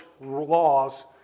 laws